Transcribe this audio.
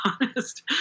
honest